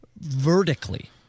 vertically